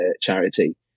charity